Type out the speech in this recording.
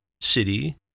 city